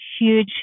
huge